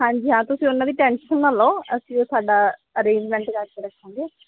ਹਾਂਜੀ ਹਾਂ ਤੁਸੀਂ ਉਹਨਾਂ ਦੀ ਟੈਂਸ਼ਨ ਨਾ ਲਓ ਅਸੀਂ ਉਹ ਸਾਡਾ ਅਰੇਂਜਮੈਂਟ ਕਰਕੇ ਰੱਖਾਂਗੇ